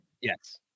Yes